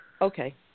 Okay